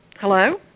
Hello